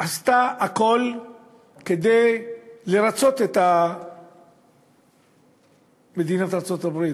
עשתה הכול כדי לרצות את מדינת ארצות-הברית,